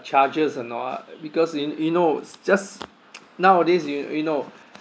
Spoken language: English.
charges or not because you you know just nowadays y~ you know